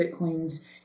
Bitcoin's